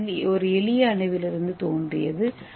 ஒரு எளிய அணுவிலிருந்து தோன்றியது